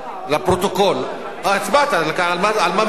הצבעת, אז על מה מחית?